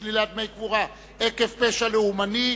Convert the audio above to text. שלילת דמי קבורה עקב פשע לאומני),